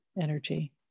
energy